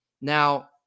Now